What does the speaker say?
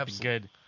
Good